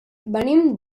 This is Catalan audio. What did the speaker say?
venim